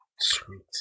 Sweet